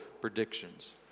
predictions